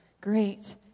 great